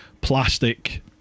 plastic